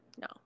No